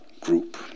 group